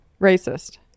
racist